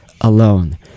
alone